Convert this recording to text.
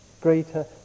Greater